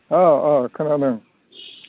अ अ खोनादों